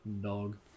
Dog